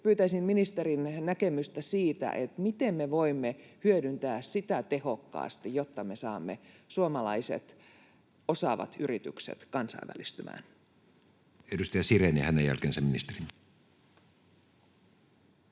Pyytäisin ministerin näkemystä siitä, miten me voimme hyödyntää sitä tehokkaasti, jotta me saamme suomalaiset osaavat yritykset kansainvälistymään. [Speech 137] Speaker: Matti